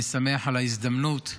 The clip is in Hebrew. אני שמח על ההזדמנות,